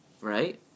right